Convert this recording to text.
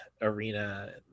arena